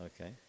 Okay